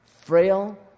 Frail